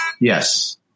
Yes